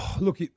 Look